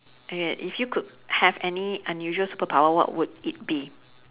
okay if you could have any unusual superpower what would it be